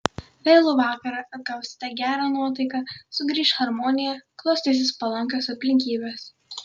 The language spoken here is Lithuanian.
vėlų vakarą atgausite gerą nuotaiką sugrįš harmonija klostysis palankios aplinkybės